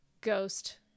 ghost